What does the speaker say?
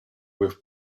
with